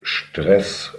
stress